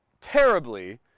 terribly